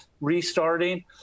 restarting